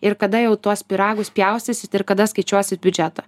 ir kada jau tuos pyragus pjaustysit ir kada skaičiuosit biudžetą